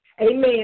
Amen